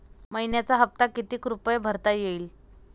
मइन्याचा हप्ता कितीक रुपये भरता येईल?